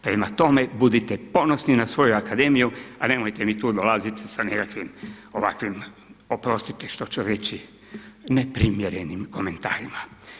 Prema tome, budite ponosni na svoju Akademiju a nemojmo mi tu dolaziti sa nekakvim ovakvim, oprostite što ću reći, neprimjerenim komentarima.